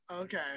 okay